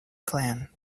clan